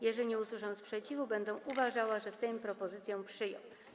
Jeżeli nie usłyszę sprzeciwu, będę uważała, że Sejm propozycję przyjął.